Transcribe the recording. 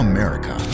America